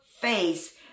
face